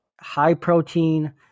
high-protein